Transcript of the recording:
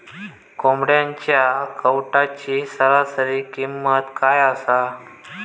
कोंबड्यांच्या कावटाची सरासरी किंमत काय असा?